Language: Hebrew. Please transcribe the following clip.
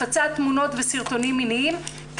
הפצת תמונות וסרטונים מיניים,